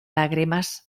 lágrimas